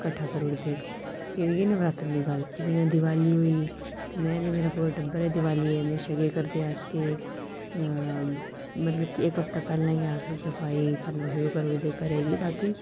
किंट्ठा करी ओड़दे एह् होई नवरात्रें दी गल्ल जि'यां दिवाली होई ते में ते मेरा पूरा टब्बर दिवाली गी म्हेशां केह् करदे अस मतलब कि इक्क हफ्ता पैह्लें गै अस सफाई करना शुरू करू ओड़दे घरै दी ता कि